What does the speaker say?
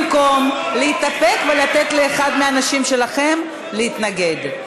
במקום להתאפק ולתת לאחד האנשים שלכם להתנגד.